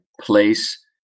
place